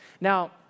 Now